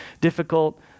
difficult